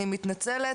אני מתנצלת,